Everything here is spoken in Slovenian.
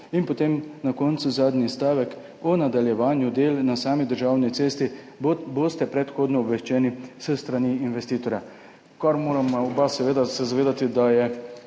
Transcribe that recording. In potem na koncu zadnji stavek: »O nadaljevanju del na sami državni cesti boste predhodno obveščeni s strani investitorja.« Oba se morava seveda zavedati, da je